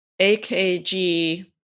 AKG